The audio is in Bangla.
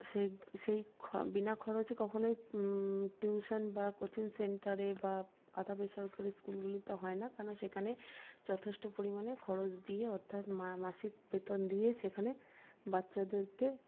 সেই সেই বিনা খরচে কখনই টিউশন বা কোচিং সেন্টারে বা আধা বেসরকারি স্কুলগুলিতে হয় না কারণ সেখানে যথেষ্ট পরমাণে খরচ দিয়ে অর্থাৎ মাসিক বেতন দিয়ে সেখানে বাচ্চাদেরকে